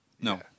No